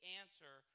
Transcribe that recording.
answer